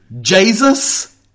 Jesus